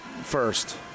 first